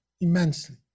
immensely